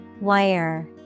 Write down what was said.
Wire